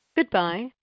Goodbye